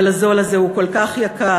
אבל הזול הזה הוא כל כך יקר,